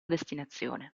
destinazione